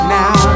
now